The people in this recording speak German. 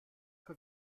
für